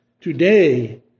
today